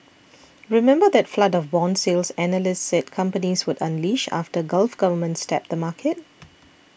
remember that flood of bond sales analysts said companies would unleash after Gulf governments tapped the market